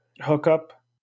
hookup